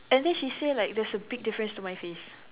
and then she say like there's a big difference to my face